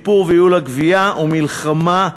שיפור וייעול הגבייה ומלחמה,